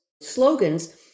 slogans